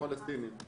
הפלסטינים.